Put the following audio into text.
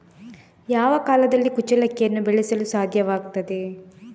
ಯಾವ ಕಾಲದಲ್ಲಿ ಕುಚ್ಚಲಕ್ಕಿಯನ್ನು ಬೆಳೆಸಲು ಸಾಧ್ಯವಾಗ್ತದೆ?